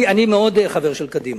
אני מאוד חבר של קדימה,